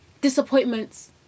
Disappointments